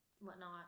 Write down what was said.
whatnot